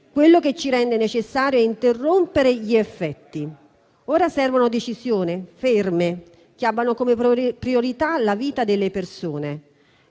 Quello che si rende necessario è interrompere gli effetti. Ora servono decisioni ferme, che abbiano come priorità la vita delle persone.